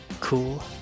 cool